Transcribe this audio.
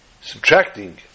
subtracting